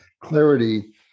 clarity